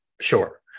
Sure